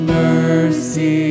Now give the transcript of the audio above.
mercy